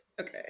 Okay